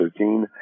2013